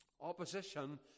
Opposition